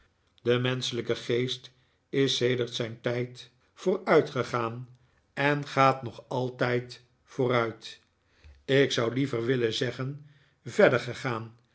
de menschelijke geest is sedert zijn tijd vooruitgegaan en gaat nog altijd vooruit ik zou liever willen zeggen verder gegaan